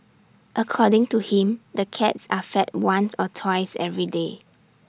according to him the cats are fed once or twice every day